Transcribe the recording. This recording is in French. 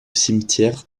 cimetière